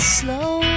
slow